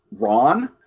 Ron